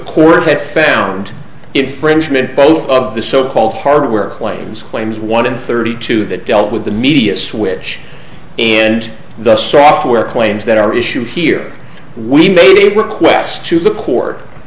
court that found it french made both of the so called hard work claims claims one in thirty two that dealt with the media switch in the software claims that are issue here we made a request to the court